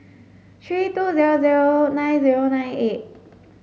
three two zero zero nine zero nine eight